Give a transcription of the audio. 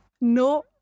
no